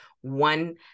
one